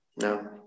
No